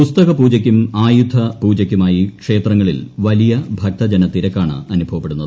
പുസ്തകപൂജയ്ക്കും ആയുധ പൂജയ്ക്കുമായി ക്ഷേത്രങ്ങളിൽ വലിയ ഭക്ത ജനത്തിരക്കാണ് അനുഭവപ്പെടുന്നത്